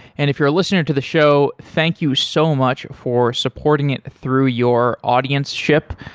and if you're a listener to the show, thank you so much for supporting it through your audienceship.